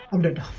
hundred